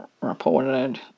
reported